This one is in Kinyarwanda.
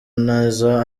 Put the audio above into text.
neza